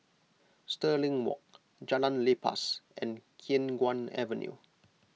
Stirling Walk Jalan Lepas and Khiang Guan Avenue